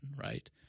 Right